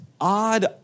odd